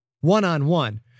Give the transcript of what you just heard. One-on-one